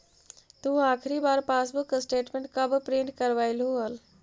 तु आखिरी बार पासबुक स्टेटमेंट कब प्रिन्ट करवैलु हल